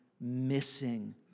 missing